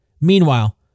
Meanwhile